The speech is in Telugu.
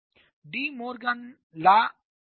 De Morgan law నియమాన్ని అనుసరిస్తేఈ విధముగా ఉంటుంది